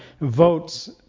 votes